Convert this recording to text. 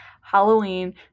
Halloween